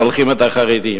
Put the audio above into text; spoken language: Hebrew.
שולחים את החרדים.